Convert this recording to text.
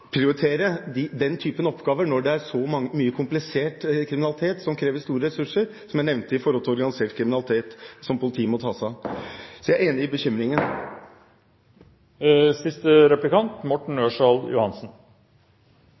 den typen oppgaver når det er så mye komplisert kriminalitet som krever store ressurser, slik jeg nevnte i forbindelse med organisert kriminalitet som politiet må ta seg av. Så jeg er enig i bekymringen.